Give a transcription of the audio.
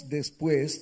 después